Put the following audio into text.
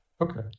okay